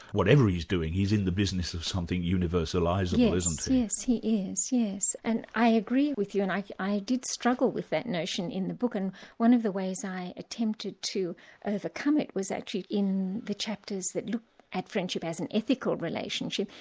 whatever he's doing, he's in the business of something universalisable, isn't he? yes, he is, and i agree with you and i i did struggle with that notion in the book. and one of the ways i attempted to overcome it, was actually in the chapters that looked at friendship as an ethical relationship,